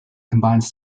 combines